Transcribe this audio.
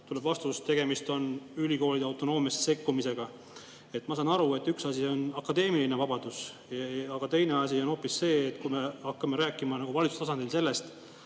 tuleb vastus, et tegemist on ülikoolide autonoomiasse sekkumisega. Ma saan aru, et üks asi on akadeemiline vabadus, aga hoopis teine asi on see, kui me hakkame rääkima valitsuse tasandil sellest,